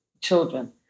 children